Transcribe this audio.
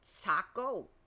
Taco